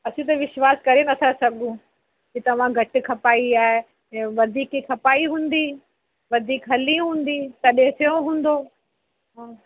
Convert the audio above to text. असीं त विश्वास करे नथा सघूं कि तव्हां घटि खपाई आहे ऐं वधीक बि खपाई हूंदी वधीक हली हूंदी तॾहिं थियो हूंदो